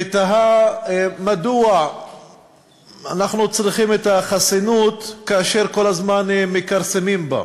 ותהה מדוע אנחנו צריכים את החסינות כאשר כל הזמן מכרסמים בה.